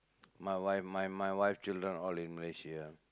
my wife my my wife children all in Malaysia